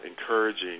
encouraging